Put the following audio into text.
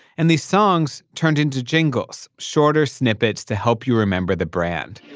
and these songs turned into jingles shorter snippets to help you remember the brand